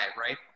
right